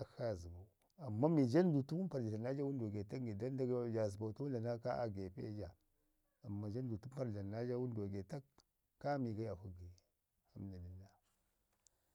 akshi aa zəbau amman mi jandu tənu parr ja dlam naa ja wənduwa getak. ja zəbau tənu dlamu nakshi ka aa gepe ja. Amma jandut ku parr ja dlamu wənduwa getak, kaa mi gayi afək gayi. Alhamdulillah.